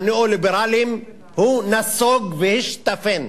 והניאו-ליברלים, נסוג והשתפן.